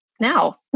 now